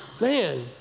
Man